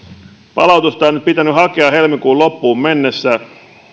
palautusta on nyt pitänyt hakea helmikuun loppuun mennessä